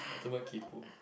ultimate kaypo